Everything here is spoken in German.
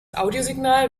audiosignal